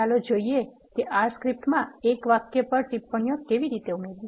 ચાલો જોઈએ કે R સ્ક્રિપ્ટમાં એક વાક્ય પર ટિપ્પણીઓ કેવી રીતે ઉમેરવી